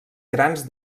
grans